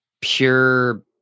pure